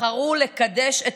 בחרו לקדש את